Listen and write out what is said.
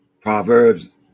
Proverbs